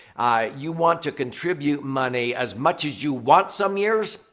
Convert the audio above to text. you want to contribute money as much as you want some years.